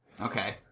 Okay